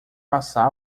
passar